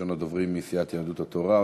ראשון הדוברים מסיעת יהדות התורה,